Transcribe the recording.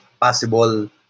possible